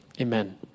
Amen